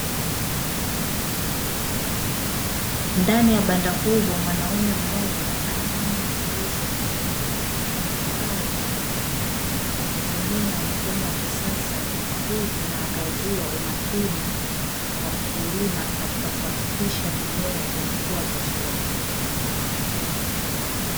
Ndani ya banda kubwa mwanaume mmoja anafanya ukaguzi wa mimea inayostawi kwa kutumia mfumo wa kisasa. Hii inaangazia umakini wa mkulima katika kuhakikisha mimea inakua vizuri.